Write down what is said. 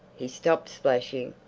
he stopped splashing.